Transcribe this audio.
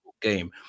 game